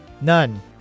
none